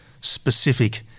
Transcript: specific